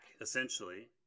essentially